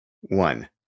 one